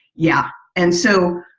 yeah. and so,